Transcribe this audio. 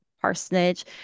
parsonage